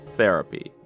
therapy